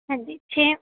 ਹਾਂਜੀ ਸ਼ੇਮ